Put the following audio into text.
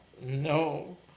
No